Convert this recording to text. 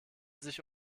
sich